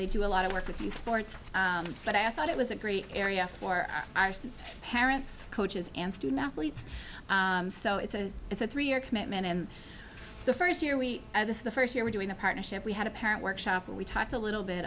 they do a lot of work with the sports but i thought it was a great area for parents coaches and student athletes so it's a it's a three year commitment and the first year we this is the first year we're doing a partnership we had a parent workshop and we talked a little bit